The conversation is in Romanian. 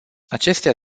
acestea